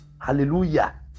Hallelujah